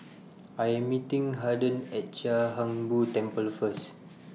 I Am meeting Harden At Chia Hung Boo Temple First